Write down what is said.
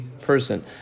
person